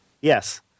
Yes